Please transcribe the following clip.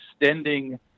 extending